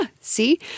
See